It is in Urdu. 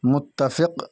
متفق